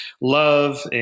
love